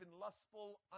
lustful